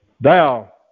Thou